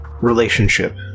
relationship